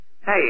Hey